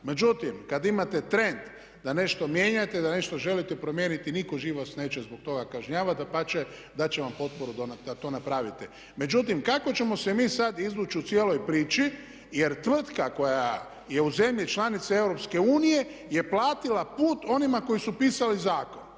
Međutim, kad imate trend da nešto mijenjate, da nešto želite promijeniti nitko živ vas neće zbog toga kažnjavati. Dapače, dat će vam potporu da to napravite. Međutim, kako ćemo se mi sad izvući u cijeloj priči, jer tvrtka koja je u zemlji članici EU je platila put onima koji su pisali zakon